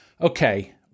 okay